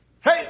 Hey